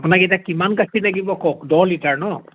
আপোনাক এতিয়া কিমান গাখীৰ লাগিব কওক দহ লিটাৰ ন